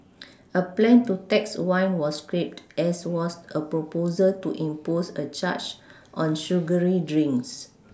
a plan to tax wine was scrapped as was a proposal to impose a charge on sugary drinks